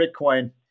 Bitcoin